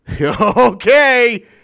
Okay